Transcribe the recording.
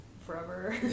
forever